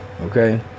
okay